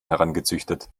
herangezüchtet